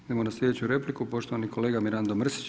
Idemo na sljedeću repliku, poštovani kolega Mirando Mrsić.